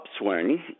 Upswing